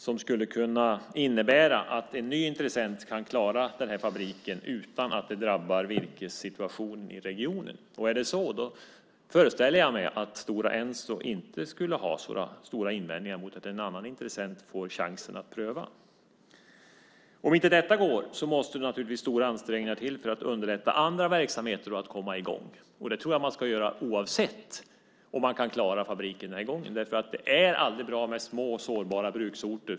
Det skulle kunna innebära att en ny intressent kan klara den här fabriken utan att det drabbar virkessituationen i regionen. Är det så föreställer jag mig att Stora Enso inte skulle ha några stora invändningar mot att en annan intressent får chansen att pröva. Om inte detta går måste naturligtvis stora ansträngningar till för att underlätta för andra verksamheter att komma i gång. Det tror jag att man ska göra oavsett om man kan klara fabriken den här gången. Det är aldrig bra med små, sårbara bruksorter.